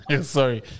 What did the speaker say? Sorry